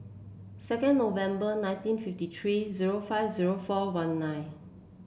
second November nineteen fifty three zero five zero four one nine